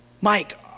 Mike